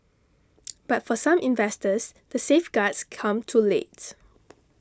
but for some investors the safeguards come too late